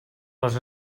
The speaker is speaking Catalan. les